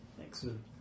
Excellent